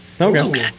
okay